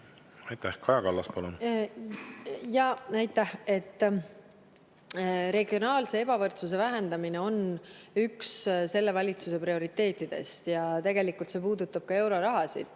Aitäh! Kaja Kallas, palun! Aitäh! Regionaalse ebavõrdsuse vähendamine on üks selle valitsuse prioriteetidest. Ja tegelikult see puudutab ka euroraha.